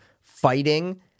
fighting